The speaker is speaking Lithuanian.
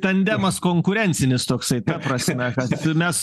tandemas konkurencinis toksai ta prasme kad mes